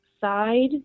side